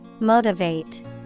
Motivate